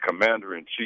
commander-in-chief